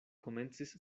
komencis